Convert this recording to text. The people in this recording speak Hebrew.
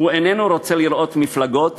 הוא איננו רוצה לראות מפלגות